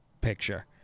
picture